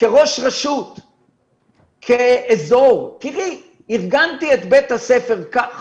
כראש רשות, כאזור, תראי, ארגנתי את בית הספר כך